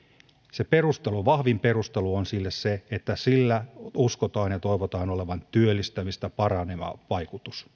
vahvin perustelu on se että sillä aktiivimallilla uskotaan ja toivotaan olevan työllistämistä parantava vaikutus